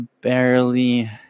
barely